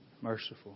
Merciful